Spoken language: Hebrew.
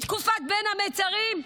בתקופת בין המצרים,